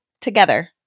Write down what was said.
together